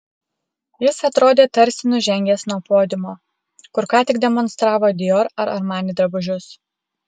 jis atrodė tarsi nužengęs nuo podiumo kur ką tik demonstravo dior ar armani drabužius